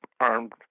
armed